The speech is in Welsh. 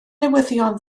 newyddion